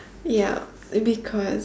yup because